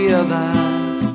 alive